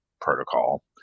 protocol